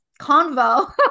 convo